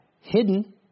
hidden